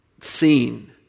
seen